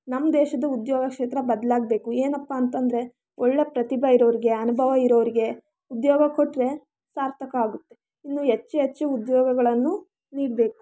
ನಮ್ಮ ದೇಶದ್ದು ಉದ್ಯೋಗ ಕ್ಷೇತ್ರ ಬದಲಾಗ್ಬೇಕು ಏನಪ್ಪ ಅಂತ ಅಂದರೆ ಒಳ್ಳೆಯ ಪ್ರತಿಭೆ ಇರೋರಿಗೆ ಅನುಭವ ಇರೋವ್ರಿಗೆ ಉದ್ಯೋಗ ಕೊಟ್ಟರೆ ಸಾರ್ಥಕ ಆಗುತ್ತೆ ಇನ್ನೂ ಹೆಚ್ಚು ಹೆಚ್ಚು ಉದ್ಯೋಗಗಳನ್ನು ನೀಡಬೇಕು